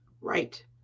Right